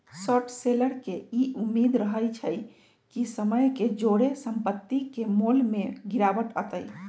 short seller के इ उम्मेद रहइ छइ कि समय के जौरे संपत्ति के मोल में गिरावट अतइ